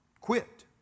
quit